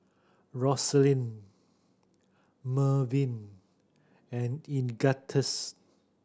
Roselyn Mervyn and Ignatius